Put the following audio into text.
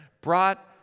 brought